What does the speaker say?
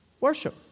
worship